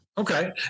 Okay